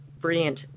brilliant